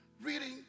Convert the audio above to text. reading